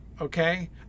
okay